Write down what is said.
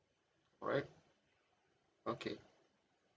alright okay